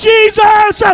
Jesus